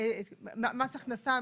האם צריך לשלם על זה מס הכנסה?